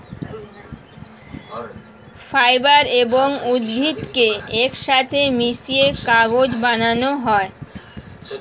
fibre এবং উদ্ভিদকে একসাথে মিশিয়ে কাগজ বানানো হয়